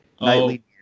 Nightly